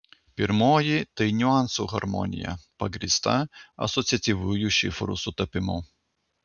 pirmoji tai niuansų harmonija pagrįsta asociatyviųjų šifrų sutapimu